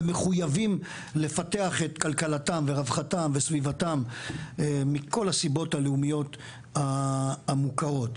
ומחויבים לפתח את כלכלתם ורווחתם וסביבתם מכל הסיבות הלאומיות המוכרות.